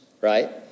right